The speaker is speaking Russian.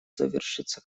завершиться